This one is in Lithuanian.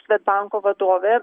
svedanko vadovė